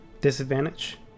Disadvantage